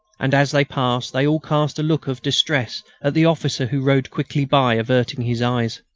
and as they passed they all cast a look of distress at the officer who rode quickly by, averting his eyes.